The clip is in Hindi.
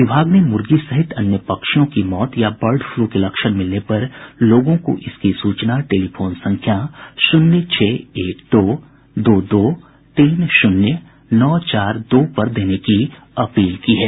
विभाग ने मुर्गी सहित अन्य पक्षियों की मौत या बर्ड फ्लू के लक्षण मिलने पर लोगों को इसकी सूचना टेलीफोन संख्या शून्य छह एक दो दो दो तीन शून्य नौ चार दो पर देने की अपील की है